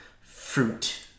fruit